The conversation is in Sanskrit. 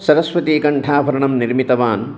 सरस्वतीकण्ठाभरणं निर्मितवान्